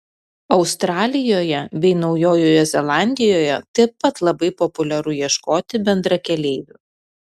australijoje bei naujojoje zelandijoje taip pat labai populiaru ieškoti bendrakeleivių